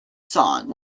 song